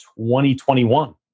2021